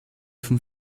vom